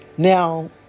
Now